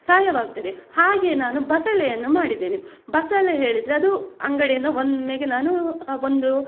ಸಹಾಯವಾಗ್ತದೆ ಹಾಗೆ ನಾನು ಬಸಳೆಯನ್ನು ಮಾಡಿದ್ದೇನೆ ಬಸಳೆ ಹೇಳಿದರೆ ಅದು ಅಂಗಡಿಯಿಂದ ಒಮ್ಮೆಗೆ ನಾನು ಒಂದು